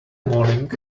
morning